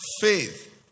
faith